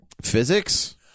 physics